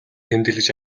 тэмдэглэж